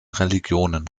religionen